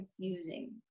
confusing